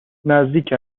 نزدیک